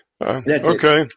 Okay